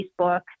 Facebook